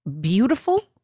beautiful